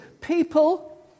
People